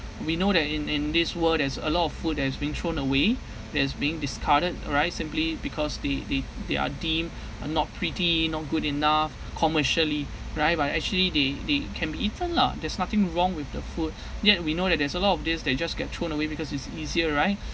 we know that in in this world there's a lot of food that's being thrown away that's being discarded right simply because they they they are deem uh not pretty not good enough commercially right but actually they they can be eaten lah there's nothing wrong with the food yet we know that there's a lot of this they just get thrown away because it's easier right